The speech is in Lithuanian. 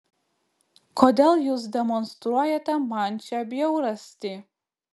kodėl jūs demonstruojate man šią bjaurastį